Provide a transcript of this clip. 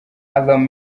alarm